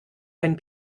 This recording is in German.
einen